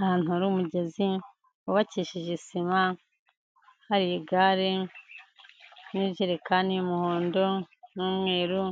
Ahantu hari umugezi wubakishije sima, hari igare n'ijirekani y'umuhondo n'umweru,